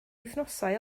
wythnosau